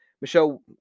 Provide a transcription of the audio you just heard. Michelle